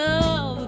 Love